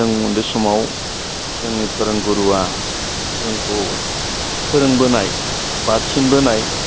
जों उन्दै समाव जोंनि फोरोंगुरुआ जोंखौ फोरोंबोनाय बा थिनबोनाय